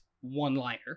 one-liner